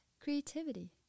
creativity